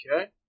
Okay